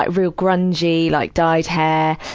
ah real grungy. like, dyed hair,